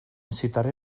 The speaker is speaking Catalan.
citaré